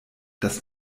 das